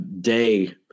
day